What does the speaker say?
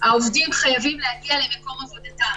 העובדים חייבים להגיע למקום עבודתם.